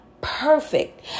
Perfect